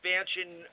expansion